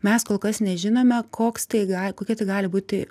mes kol kas nežinome koks tai ga kokia tai gali būti